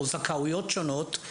או זכאויות שונות,